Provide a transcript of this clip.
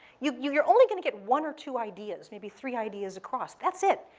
you know you're only going to get one or two ideas, maybe three ideas across. that's it.